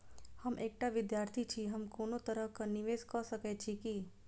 हम एकटा विधार्थी छी, हम कोनो तरह कऽ निवेश कऽ सकय छी की?